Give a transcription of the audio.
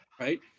right